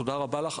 תודה רבה לך,